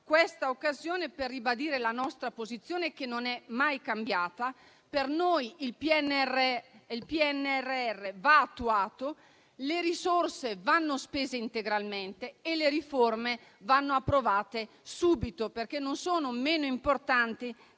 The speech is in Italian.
questa occasione per ribadire la nostra posizione, che non è mai cambiata: per noi il PNRR va attuato, le risorse vanno spese integralmente e le riforme vanno approvate subito, perché non sono meno importanti